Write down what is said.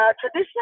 traditional